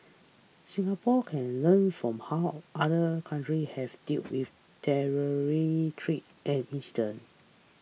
Singapore can learn from how other countries have dealt with treats and incidents